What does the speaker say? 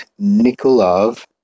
Nikolov